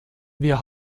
wir